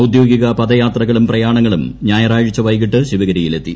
ഔദ്യോഗിക പദയാത്രകളും പ്രയാണങ്ങളും ഞായറാഴ്ച വൈകിട്ട് ശിവഗിരിയിൽ എത്തി